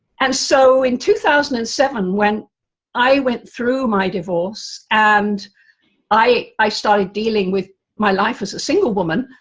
and so in two thousand and seven, when i went through my divorce and i, i started dealing with my life as a single woman,